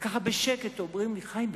וככה בשקט אומרים לי: חיים,